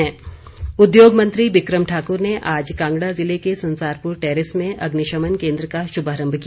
बिक्रम ठाकुर उद्योग मंत्री बिक्रम ठाक्र ने आज कांगड़ा जिले के संसारपुर टैरेस में अग्निशमन केन्द्र का शुभारंभ किया